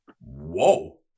Whoa